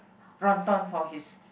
for his